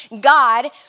God